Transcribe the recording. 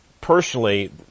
personally